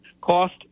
cost